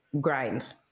grind